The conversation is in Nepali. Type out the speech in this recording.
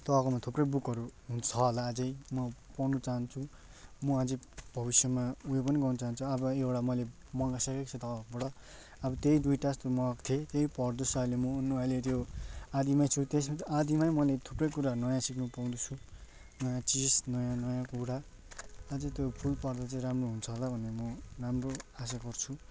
तपाईँकोमा थुप्रै बुकहरू हुन् छ होला अझै म पढ्नु चाहन्छु म अझै भविष्यमा उयो पनि गर्नु चाहन्छु अब यो एउटा मैले मगाइसकेको छु तपाईँकोबाट अब त्यही दुइटाजस्तो मगाएको थिएँ त्यही पढ्दैछु अहिले म अहिले त्यो आदिमै छु त्यस आदिमै मैले थुप्रै कुराहरू नयाँ सिक्नु पाउँदैछु नयाँ चिज नयाँ नयाँ कुरा अझै त्यो फुल पढ्दा चाहिँ राम्रो हुन्छ होला भन्ने म राम्रो आशा गर्छु